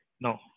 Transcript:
No